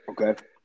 Okay